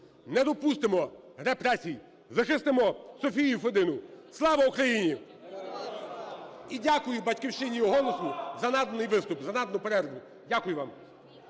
Не допустимо репресій! Захистимо Софію Федину! Слава Україні! І дякую "Батьківщині", і "Голосу" за наданий виступ, за надану перерву. Дякую вам.